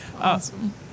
awesome